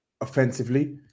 offensively